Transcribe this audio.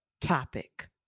topic